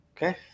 Okay